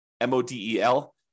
M-O-D-E-L